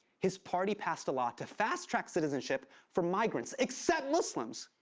his party passed a law to fast-track citizenship for migrants, except muslims.